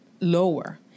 lower